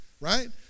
right